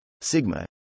sigma